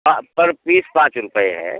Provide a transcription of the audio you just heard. हाँ पर पीस पाँच रुपए है